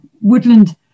woodland